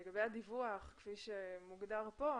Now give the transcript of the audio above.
לגבי הדיווח כפי שמוגדר כאן,